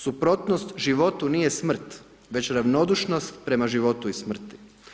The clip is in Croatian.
Suprotnost životu nije smrt, već ravnodušnost prema životu i smrti.